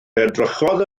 edrychodd